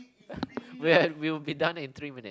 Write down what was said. man we will be done in three minute